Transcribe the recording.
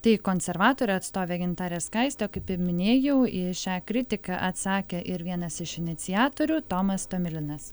tai konservatorių atstovė gintarė skaistė o kaip ir minėjau į šią kritiką atsakė ir vienas iš iniciatorių tomas tomilinas